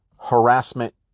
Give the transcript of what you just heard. harassment